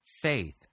faith